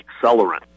accelerant